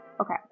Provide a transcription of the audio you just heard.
Okay